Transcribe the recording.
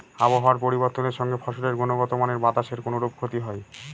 আবহাওয়ার পরিবর্তনের সঙ্গে ফসলের গুণগতমানের বাতাসের কোনরূপ ক্ষতি হয়?